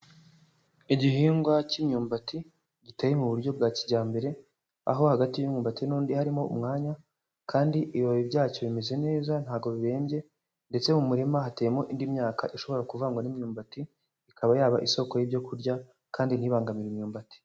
Iihingwa k'imyumbati giteye mu buryo bwa kijyambere, aho hagati y'umwumbati n'undi harimo umwanya kandi ibibabi byacyo bimeze neza, ntabwo bibembye, ndetse mu murima hateyemo indi myaka ishobora kuvangwa n'imyumbati ikaba yaba isoko y'ibyo kurya kandi ntibibangamire imyumbati.